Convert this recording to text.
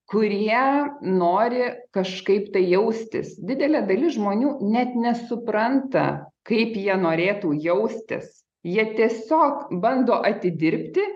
kurie nori kažkaip tai jaustis didelė dalis žmonių net nesupranta kaip jie norėtų jaustis jie tiesiog bando atidirbti